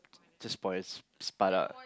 just spoils out out